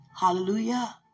Hallelujah